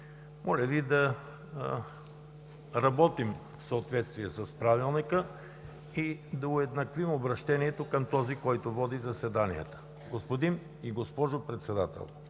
Моля Ви, да работим в съответствие с Правилника и да уеднаквим обръщението, към този, който води заседанията – „господин и госпожо председател“.